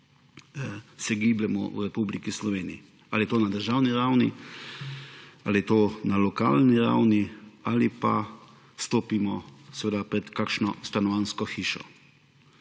se gibljemo v Republiki Sloveniji, ali je to na državni ravni, ali je to na lokalni ravni, ali pa stopimo pred kakšno stanovanjsko hišo.